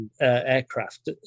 aircraft